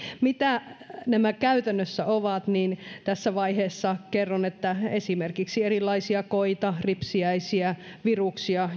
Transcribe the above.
mitä nämä käytännössä ovat tässä vaiheessa kerron että esimerkiksi erilaisia koita ripsiäisiä ja viruksia